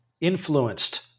influenced